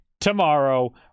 tomorrow